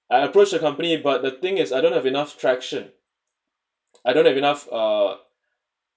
I approach the company but the thing is I don't have enough traction I don't have enough uh